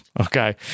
okay